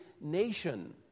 nation